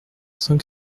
cent